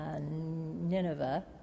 Nineveh